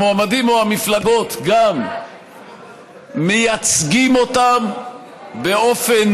המועמדים או המפלגות גם מייצגים אותם באופן,